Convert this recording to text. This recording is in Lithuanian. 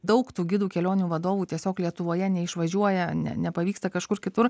daug tų gidų kelionių vadovų tiesiog lietuvoje neišvažiuoja ne nepavyksta kažkur kitur